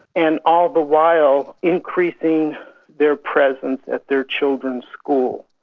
and all the while increasing their presence at their children's school.